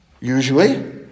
Usually